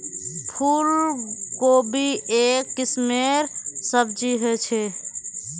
फूल कोबी एक किस्मेर सब्जी ह छे